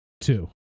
two